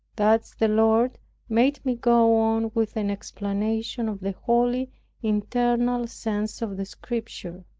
thus the lord made me go on with an explanation of the holy internal sense of the scriptures.